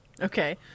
Okay